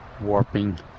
warping